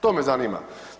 To me zanima.